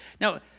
Now